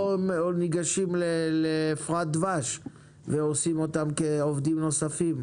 אז למה לא ניגשים לאפרת דבש ועושים אותם כעובדים נוספים?